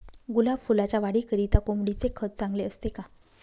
गुलाब फुलाच्या वाढीकरिता कोंबडीचे खत चांगले असते का?